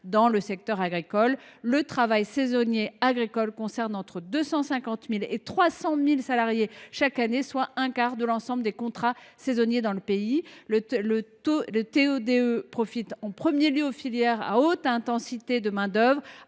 réelle évaluation. Le travail saisonnier agricole représente 250 000 à 300 000 salariés chaque année, soit un quart de l’ensemble des contrats saisonniers de notre pays. Le TO DE profite en premier lieu aux filières à haute intensité de main d’œuvre